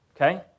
okay